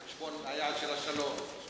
על חשבון היעד של השלום.